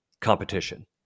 competition